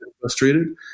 frustrated